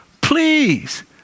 please